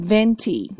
Venti